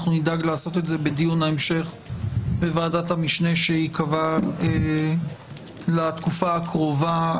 אנחנו נדאג לעשות את זה בדיון ההמשך בוועדת המשנה שתיקבע לתקופה הקרובה,